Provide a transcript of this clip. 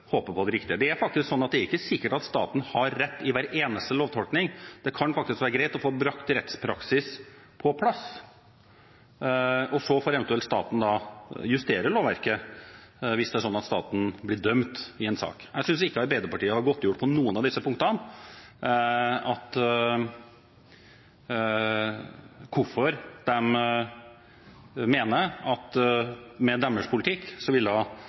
på, det riktige. Det er ikke sikkert staten har rett i hver eneste lovtolkning. Det kan faktisk være greit å få brakt rettspraksis på plass, og så får eventuelt staten justere lovverket hvis den blir dømt i en sak. Jeg synes ikke Arbeiderpartiet på noen av disse punktene har godtgjort hvorfor de mener at det lokale selvstyret med deres politikk vil